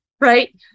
Right